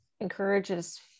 encourages